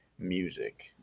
Music